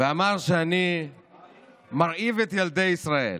ואמר שאני מרעיב את ילדי ישראל.